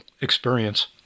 experience